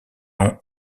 nom